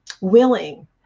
willing